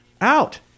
Out